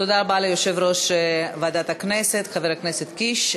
תודה רבה ליושב-ראש ועדת הכנסת חבר הכנסת קיש.